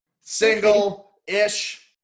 Single-ish